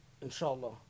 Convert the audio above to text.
Inshallah